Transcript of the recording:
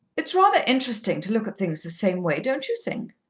it's rather interesting to look at things the same way, don't you think?